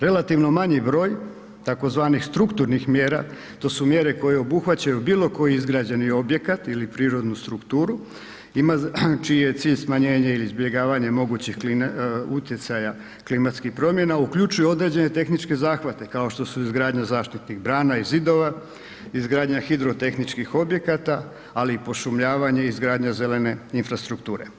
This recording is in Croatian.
Relativno manji broj tzv. strukturnih mjera, to su mjere koje obuhvaćaju bilo koji izgrađeni objekat ili prirodnu strukturu, ima, čiji je cilj smanjenje ili izbjegavanje mogućih utjecaja klimatskih promjena, uključuju određene tehničke zahvate, kao što su izgradnja zaštitnih brana i zidova, izgradnja hidrotehničkih objekata, ali i pošumljavanje i izgradnja zelene infrastrukture.